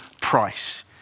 price